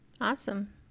awesome